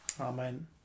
Amen